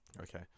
Okay